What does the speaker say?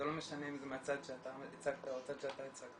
זה לא משנה אם זה מהצד שאתה הצגת או מהצד שאתה הצגת,